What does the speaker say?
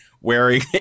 wearing